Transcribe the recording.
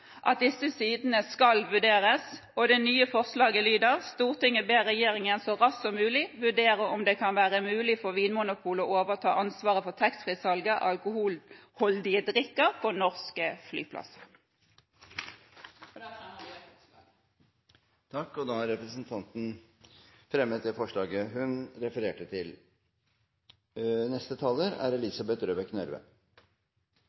at det helt klart går fram at disse sidene skal vurderes. Det nye forslaget lyder: «Stortinget ber regjeringen så raskt som mulig vurdere om det kan være mulig for Vinmonopolet å overta ansvaret for taxfree-salget av alkoholholdige drikker på norske flyplasser.» Da fremmer vi det forslaget.